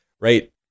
right